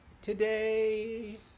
today